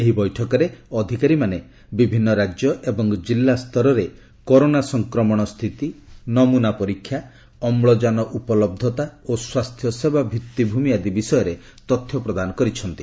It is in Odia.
ଏହି ବୈଠକରେ ଅଧିକାରୀମାନେ ବିଭିନ୍ନ ରାଜ୍ୟ ଏବଂ ଜିଲ୍ଲା ସ୍ତରରେ କରୋନା ସଂକ୍ରମଣ ସ୍ଥିତି ନମୁନା ପରୀକ୍ଷା ଅମ୍ଳଜାନ ଉପଲହ୍ଧତା ଓ ସ୍ୱାସ୍ଥ୍ୟ ସେବା ଭିତ୍ତିଭୂମି ଆଦି ବିଷୟରେ ତଥ୍ୟ ପ୍ରଦାନ କରିଛନ୍ତି